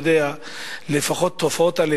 עדיין זה יחזיק,